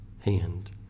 hand